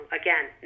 again